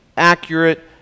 Accurate